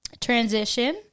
transition